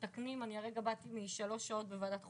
אני הרגע באתי משלוש שעות בוועדת החוקה,